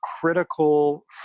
critical